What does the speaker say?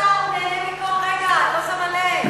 השר נהנה מכל רגע, את לא שמה לב.